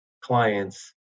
clients